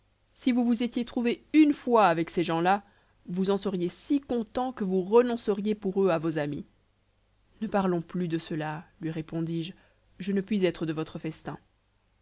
si vous vous étiez trouvé une fois avec ces gens-là vous en seriez si content que vous renonceriez pour eux à vos amis ne parlons plus de cela lui répondis-je je ne puis être de votre festin